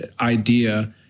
idea